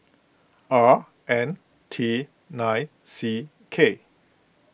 R N T nine C K